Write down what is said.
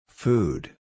Food